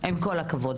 עם כל הכבוד.